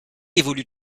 évolue